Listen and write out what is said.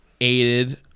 aided